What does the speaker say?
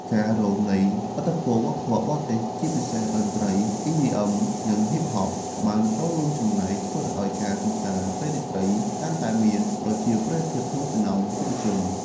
ការរងនៃឥទ្ធិពលវប្បធម៌បរទេស ជាពិសេសតន្ត្រី អុីឌីអឹម (EDM) និង ហុីប ហប់ (Hip Hop) ក៏បានរួមចំណែកធ្វើឱ្យការកម្សាន្តពេលរាត្រីកាន់តែមានប្រជាប្រិយភាពក្នុងចំណោមយុវជន ។